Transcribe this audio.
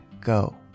go